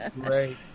Great